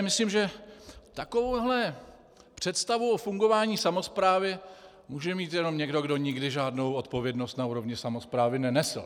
Myslím, že takovouhle představu o fungování samosprávy může mít jenom někdo, kdo nikdy žádnou odpovědnost na úrovni samosprávy nenesl.